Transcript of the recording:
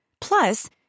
Plus